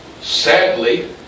sadly